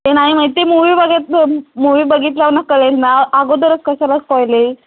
ते नाही माहीत ते मूवी बघितलं मूवी बघितलावनं कळेल ना अगोदरच कशालाच पाइले